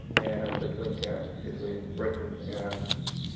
and between between britain and